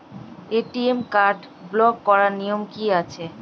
ATM card block করার নিয়ম কি আছে?